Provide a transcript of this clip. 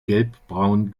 gelbbraun